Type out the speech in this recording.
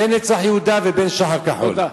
ב"נצח יהודה" וב"שח"ר כחול".